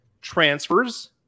transfers